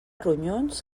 ronyons